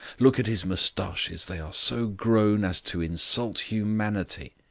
look at his moustaches, they are so grown as to insult humanity.